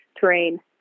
terrain